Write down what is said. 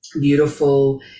beautiful